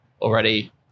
already